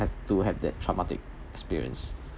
have to have that traumatic experience